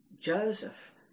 Joseph